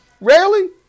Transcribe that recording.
Rarely